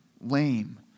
lame